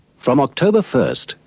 from october first,